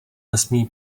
nesmí